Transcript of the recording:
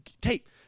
tape